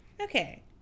Okay